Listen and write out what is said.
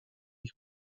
ich